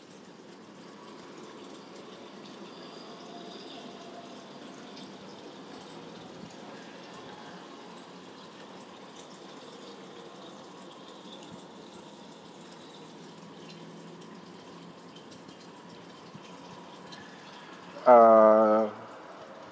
uh